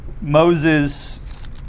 Moses